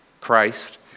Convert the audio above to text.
Christ